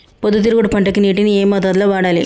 పొద్దుతిరుగుడు పంటకి నీటిని ఏ మోతాదు లో వాడాలి?